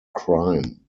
crime